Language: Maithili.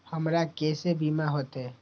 हमरा केसे बीमा होते?